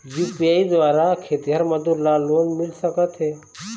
UPI द्वारा खेतीहर मजदूर ला लोन मिल सकथे?